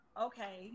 Okay